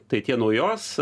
tai tie naujos